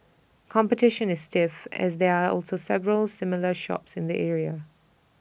competition is stiff as there are also several similar shops in the area